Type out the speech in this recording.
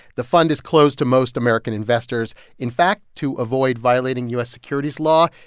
the fund is closed to most american investors. in fact, to avoid violating u s. securities law,